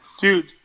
dude